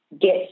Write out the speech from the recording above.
get